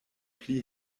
pli